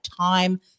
time